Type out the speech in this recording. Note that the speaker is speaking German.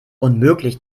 unmöglich